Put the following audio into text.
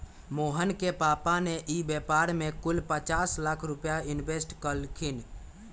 मोहना के पापा ने ई व्यापार में कुल पचास लाख रुपईया इन्वेस्ट कइल खिन